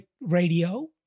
radio